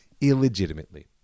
illegitimately